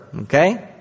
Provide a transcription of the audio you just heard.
Okay